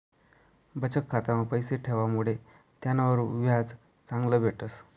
बचत खाता मा पैसा ठेवामुडे त्यानावर व्याज चांगलं भेटस